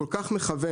כל כך מכוון,